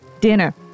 Dinner